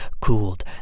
cooled